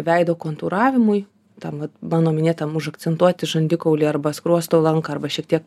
veido kontūravimui tam va mano minėtam užakcentuoti žandikaulį arba skruosto lanką arba šiek tie